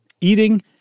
eating